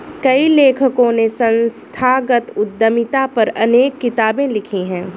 कई लेखकों ने संस्थागत उद्यमिता पर अनेक किताबे लिखी है